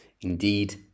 indeed